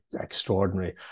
extraordinary